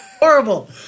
Horrible